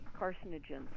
carcinogens